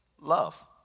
Love